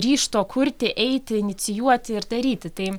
ryžto kurti eiti inicijuoti ir daryti tai